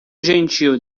gentil